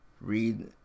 read